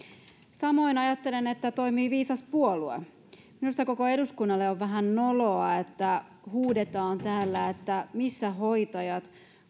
ajattelen että samoin toimii viisas puolue minusta koko eduskunnalle on vähän noloa että huudetaan täällä että missä hoitajat